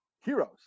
heroes